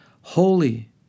holy